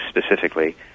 specifically